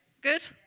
Good